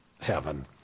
heaven